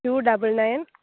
two double nine